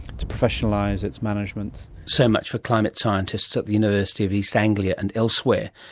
to professionalise its management. so much for climate scientists at the university of east anglia and elsewhere,